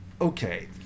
Okay